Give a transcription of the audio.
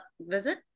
visit